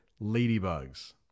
ladybugs